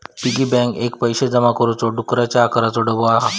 piggy bank एक पैशे जमा करुचो डुकराच्या आकाराचो डब्बो हा